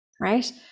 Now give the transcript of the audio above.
right